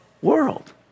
world